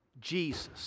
Jesus